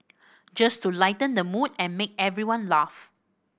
just to lighten the mood and make everyone laugh